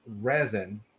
resin